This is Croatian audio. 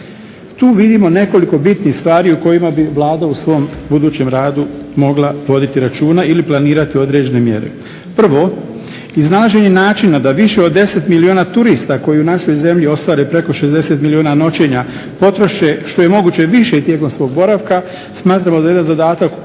Tu vidimo nekoliko bitnih stvari u kojima bi Vlada u svom budućem radu mogla voditi računa ili planirati određene mjere. Prvo, iznalaženje načina da više od 10 milijuna turista koji u našoj zemlji ostvare preko 60 milijuna noćenja potroše što je moguće više tijekom svog boravka. Smatramo da je jedan zadatak o kojem